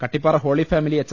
Kattippara holy family H